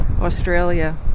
Australia